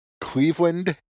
Cleveland